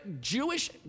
Jewish